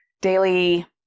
daily